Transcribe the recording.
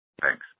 Thanks